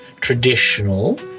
traditional